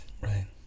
right